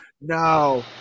No